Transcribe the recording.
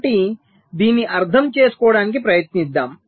కాబట్టి దీనిని అర్థం చేసుకోవడానికి ప్రయత్నిద్దాం